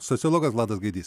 sociologas vladas gaidys